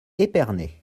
épernay